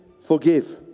forgive